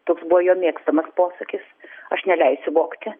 toks buvo jo mėgstamas posakis aš neleisiu vogti